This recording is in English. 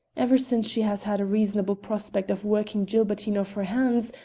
ever since she has had a reasonable prospect of working gilbertine off her hands,